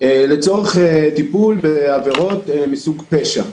לצורך טיפול בעבירות מסוג פשע.